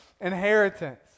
inheritance